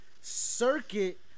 circuit